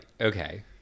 Okay